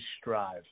strive